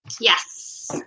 Yes